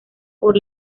por